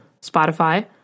Spotify